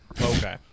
Okay